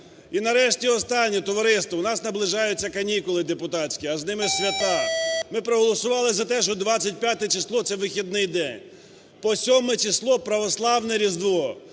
І нарешті останнє. Товариство, у нас наближаються канікули депутатські, а з ними свята. Ми проголосували за те, що 25 число – це вихідний день, по 7 число – православне Різдво.